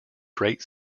great